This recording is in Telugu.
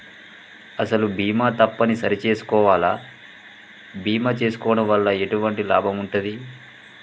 అసలు బీమా తప్పని సరి చేసుకోవాలా? బీమా చేసుకోవడం వల్ల ఎటువంటి లాభం ఉంటది?